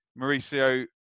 Mauricio